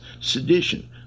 sedition